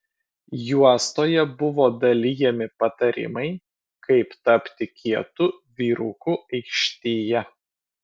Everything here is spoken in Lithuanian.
juostoje buvo dalijami patarimai kaip tapti kietu vyruku aikštėje